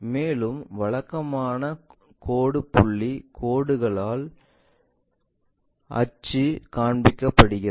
மேலும் வழக்கமாக கோடு புள்ளி கோடுகளால் அச்சு காண்பிக்கப்படுகிறது